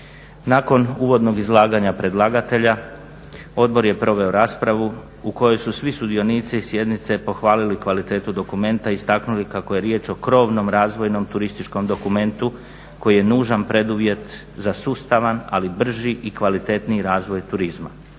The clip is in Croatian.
Nakon uvodno izlaganja predlagatelja odbor je proveo raspravu u kojoj su svi sudionici sjednice pohvalili kvalitetu dokumenta i istaknuli kako je riječ o krovnom razvojnom turističkom dokumentu koji je nužan preduvjet za sustavan, ali brži i kvalitetniji razvoj turizma.